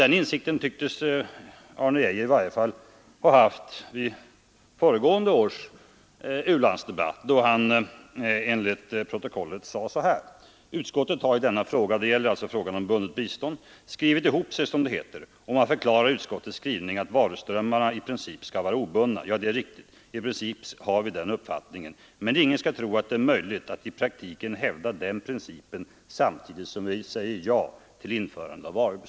Den insikten tycktes herr Arne Geijer i varje fall ha haft vid föregående års u-landsdebatt, då han enligt protokollet sade så här i frågan om bundet bistånd: ”Utskottet har i denna fråga skrivit ihop sig som det heter, och man förklarar i utskottets skrivning att varuströmmarna i princip skall vara obundna.” Ja, det är riktigt. I princip har vi den uppfattningen. Men ingen skall tro att det är möjligt att i praktiken hävda den principen samtidigt som man säger ja till införande av varubistånd.